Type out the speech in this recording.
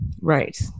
Right